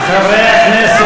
חברי הכנסת.